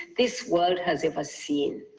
this world has ever seen.